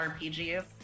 RPGs